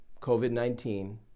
COVID-19